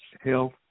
health